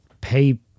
pay